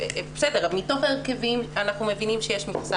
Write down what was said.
מתוך ההרכבים אנחנו מבינים שיש מכסה